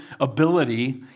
ability